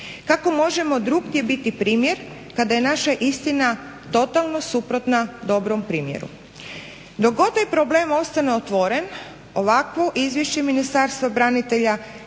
Kako možemo drugdje biti primjer kada je naša istina totalno suprotna dobrom primjeru. Dok god taj problem ostane otvoren ovakvo izvješće Ministarstva branitelja